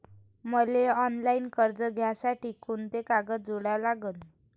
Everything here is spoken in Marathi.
मले ऑफलाईन कर्ज घ्यासाठी कोंते कागद जोडा लागन?